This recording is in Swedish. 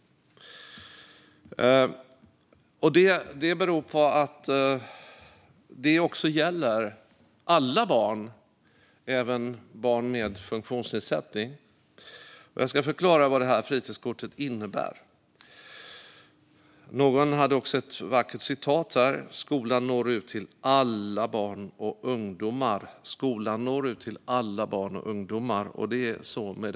Det gäller alla barn, och även barn med funktionsnedsättning. Jag ska förklara vad fritidskortet innebär. Någon hade här ett vackert citat: Skolan når ut till alla barn och ungdomar. Det är så med det här kortet.